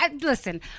Listen